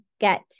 get